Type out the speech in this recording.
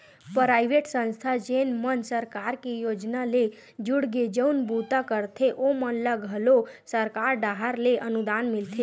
private संस्था जेन मन सरकार के योजना ले जुड़के जउन बूता करथे ओमन ल घलो सरकार डाहर ले अनुदान मिलथे